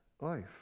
life